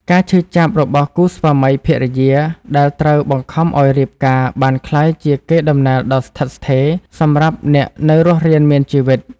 ការឈឺចាប់របស់គូស្វាមីភរិយាដែលត្រូវបង្ខំឱ្យរៀបការបានក្លាយជាកេរដំណែលដ៏ស្ថិតស្ថេរសម្រាប់អ្នកនៅរស់រានមានជីវិត។